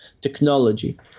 technology